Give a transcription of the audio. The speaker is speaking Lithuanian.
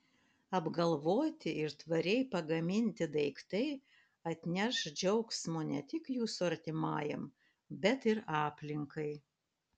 apgalvoti ir tvariai pagaminti daiktai atneš džiaugsmo ne tik jūsų artimajam bet ir aplinkai